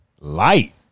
Light